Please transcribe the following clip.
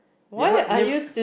never knew